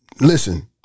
Listen